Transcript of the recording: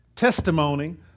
testimony